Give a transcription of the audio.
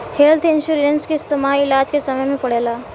health insurance के इस्तमाल इलाज के समय में पड़ेला